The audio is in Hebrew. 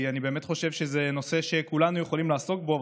כי אני באמת חושב שזה נושא שכולנו יכולים לעסוק בו,